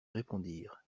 répondirent